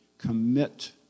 commit